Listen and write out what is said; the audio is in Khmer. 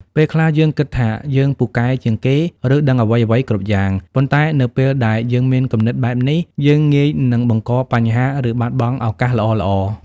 ពេលខ្លះ យើងគិតថាយើងពូកែជាងគេ ឬដឹងអ្វីៗគ្រប់យ៉ាង ប៉ុន្តែនៅពេលដែលយើងមានគំនិតបែបនេះ យើងងាយនឹងបង្កបញ្ហា ឬបាត់បង់ឱកាសល្អៗ។